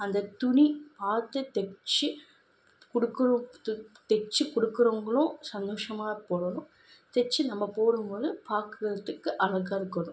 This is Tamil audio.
அந்த துணி பார்த்து தைச்சி கொடுக்குறதுக்கு தைச்சி கொடுக்குறவங்களும் சந்தோஷமாக போடணும் தைச்சி நம்ம போடும்போது பார்க்குறதுக்கு அழகாயிருக்கணும்